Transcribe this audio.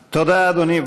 תודה, אדוני.